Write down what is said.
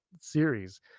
series